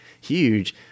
huge